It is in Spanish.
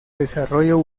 desarrollo